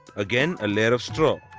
again, a layer of straw.